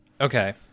Okay